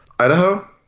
idaho